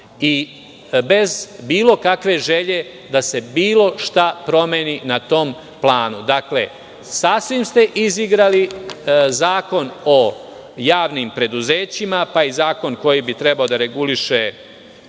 i bez bilo kakve želje da se bilo šta promeni na tom planu. Sasvim ste izigrali Zakon o javnim preduzećima, pa i zakon koji bi trebao da reguliše